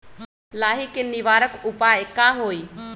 लाही के निवारक उपाय का होई?